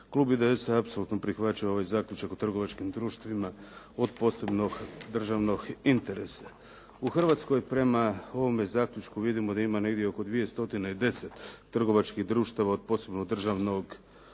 Klub IDS-a apsolutno prihvaća ovaj zaključak o trgovačkim društvima od posebnog državnog interesa. U Hrvatskoj prema ovom zaključku vidimo da ima oko 210 trgovačkih društava od posebnog državnog interesa.